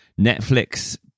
Netflix